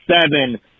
seven